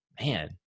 man